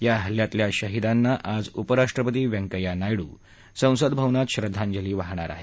या हल्ल्यातल्या शहीदांना आज उपराष्ट्रपती वैंकव्या नायडू संसदभवनात श्रद्वांजली वाहणार आहेत